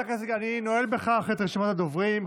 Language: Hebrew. אני נועל בכך את רשימת הדוברים.